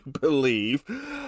believe